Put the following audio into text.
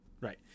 Right